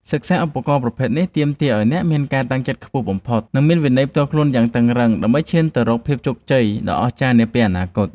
សិក្សាឧបករណ៍ប្រភេទនេះទាមទារឱ្យអ្នកមានការតាំងចិត្តខ្ពស់បំផុត និងមានវិន័យផ្ទាល់ខ្លួនយ៉ាងតឹងរ៉ឹងដើម្បីឈានទៅរកភាពជោគជ័យដ៏អស្ចារ្យនាពេលអនាគត។